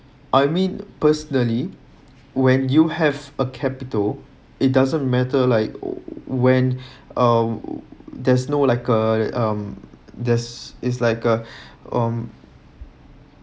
I mean personally when you have a capital it doesn't matter like when um there's no like a um there's is like a um